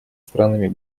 странами